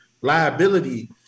liability